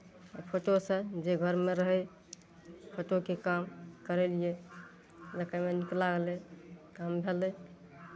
फोटोसँ जे घरमे रहै फोटोके काम करेलियै देखयमे नीक लागलै काम भेलै